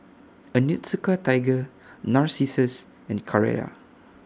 Onitsuka Tiger Narcissus and Carrera